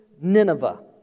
Nineveh